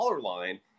line